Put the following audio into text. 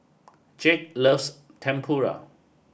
Jake loves Tempura